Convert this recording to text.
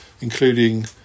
including